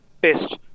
best